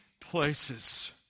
places